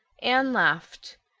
anne laughed.